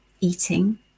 eating